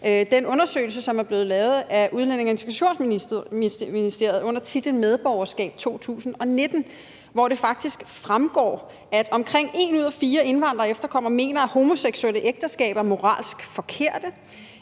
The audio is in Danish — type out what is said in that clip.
den undersøgelse, som er blevet lavet af Udlændinge- og Integrationsministeriet under titlen »Medborgerskab 2019«, hvor det faktisk fremgår, at omkring en ud af fire indvandrere og efterkommere mener, at homoseksuelle ægteskaber er moralsk forkerte,